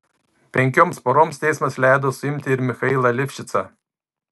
penkioms paroms teismas leido suimti ir michailą livšicą